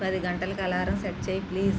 పది గంటలకి alarm set చేయి ప్లీజ్